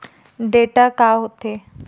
Data का होथे?